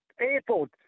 airport